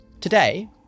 Today